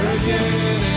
again